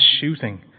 shooting